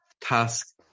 task